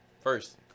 first